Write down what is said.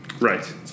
Right